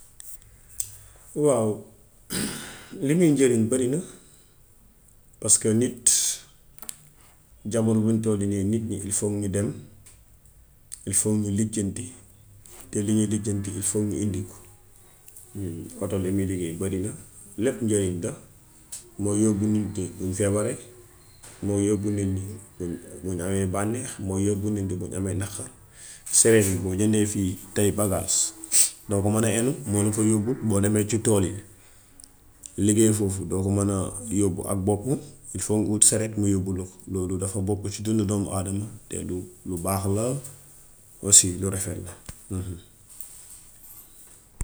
Waaw li miy jariñ barina paska nit, jamano biñ tollu nii ñi il faut ñu dem, il faut ñu lijjanti, te li ñuy lijjanti il faut ñu indi ko. Oto la muy liggéey barina lépp njariñ la; mooy yóbbu nit ñi buñ feebare, mooye, mooy yóbbu nit ñi buñ amee bàneex, mooy yóbbu nit ñi buñ amee naqar. Samely boo njëndee fii tay bagaas, doo ko mën a enu, moo la koy yóbbul. Boo demee ci tool yi liggéey foofu doo ko man a yóbbu ak boppu, il faut que nga wut sareet mu yóbbul la ko. Loolu dafa bokku ci dundu doom-aadama, te lu baax la aussi lu rafet la.